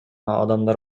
адамдар